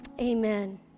Amen